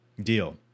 deal